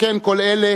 שכן כל אלה